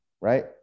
right